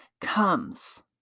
comes